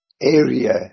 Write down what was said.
area